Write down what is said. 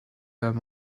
than